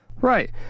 Right